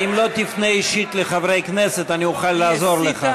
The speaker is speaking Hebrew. אם לא תפנה אישית לחברי כנסת אני אוכל לעזור לך.